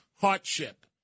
hardship